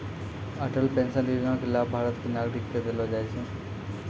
Atal pension Yojana के लाभ भारत के नागरिक क देलो जाय छै